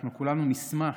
אנחנו כולנו נשמח